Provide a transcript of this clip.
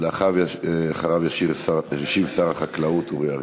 אחריו ישיב שר החקלאות אורי אריאל.